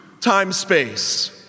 time-space